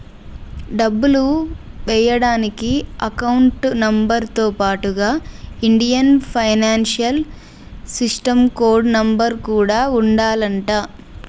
డబ్బులు ఎయ్యడానికి account number తో పాటుగా Indian financial system code number కూడా ఉండాలంట